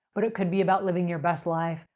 but it could be about living your best life,